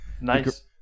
Nice